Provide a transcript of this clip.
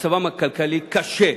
מצבם הכלכלי קשה.